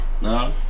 No